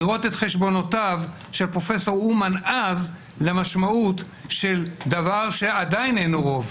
לראות את חשבונותיו של פרופ' אומן אז למשמעות של דבר שעדיין אין רוב,